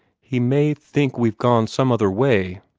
he may think we've gone some other way.